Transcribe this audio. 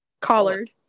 Collard